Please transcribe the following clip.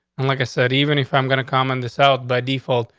and like i said, even if i'm gonna come on the sell by default,